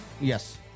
Yes